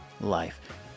life